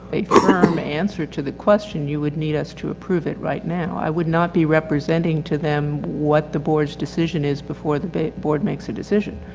um to the question, you would need us to approve it right now. i would not be representing to them what the board's decision is before the board makes a decision.